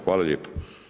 Hvala lijepo.